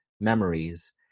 memories